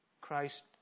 Christ